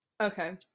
Okay